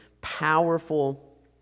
powerful